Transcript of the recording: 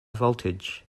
voltage